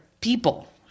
people